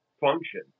function